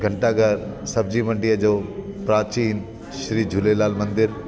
घंटाघर सब्जी मण्डीअ जो प्राचीन श्री झूलेलाल मंदरु